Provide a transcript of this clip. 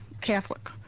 Catholic